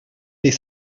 les